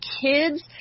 kids